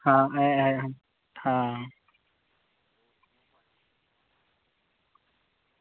आं ऐ आं